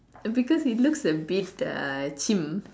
because it looks a bit uh cheem